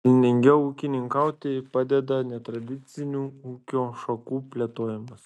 pelningiau ūkininkauti padeda netradicinių ūkio šakų plėtojimas